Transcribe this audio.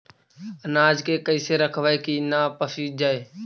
अनाज के कैसे रखबै कि न पसिजै?